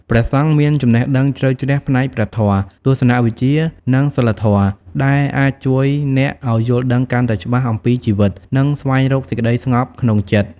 ព្រះសង្ឃមានចំណេះដឹងជ្រៅជ្រះផ្នែកព្រះធម៌ ទស្សនវិជ្ជា និងសីលធម៌ ដែលអាចជួយអ្នកឱ្យយល់ដឹងកាន់តែច្បាស់អំពីជីវិត និងស្វែងរកសេចក្តីស្ងប់ក្នុងចិត្ត។